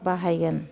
बाहायगोन